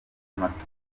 amatungo